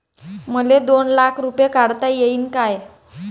मले दोन लाख रूपे काढता येईन काय?